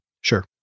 Sure